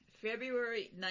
February